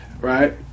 right